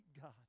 God